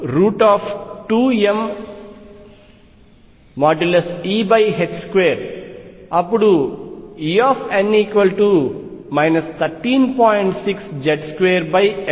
అప్పుడు En 13